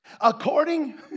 According